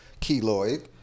keloid